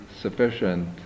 sufficient